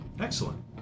Excellent